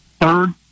third